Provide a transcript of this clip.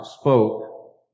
spoke